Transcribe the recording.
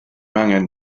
angen